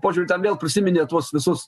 požiūriu ten vėl prisiminė tuos visus